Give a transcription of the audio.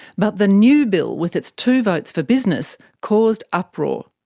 but the new bill, with its two votes for business, caused uproar.